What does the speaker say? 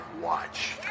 watch